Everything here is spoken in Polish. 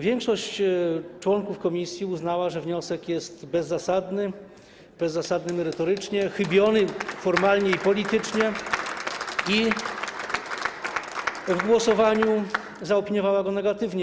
Większość członków komisji uznała, że wniosek jest bezzasadny, bezzasadny merytorycznie, chybiony formalnie i politycznie i w głosowaniu zaopiniowała go negatywnie.